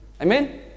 Amen